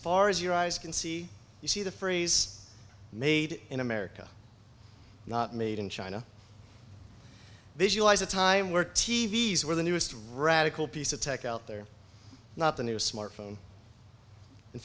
far as your eyes can see you see the freeze made in america not made in china visualize a time where t v s were the newest radical piece of tech out there not the new smartphone in